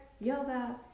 yoga